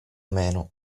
meno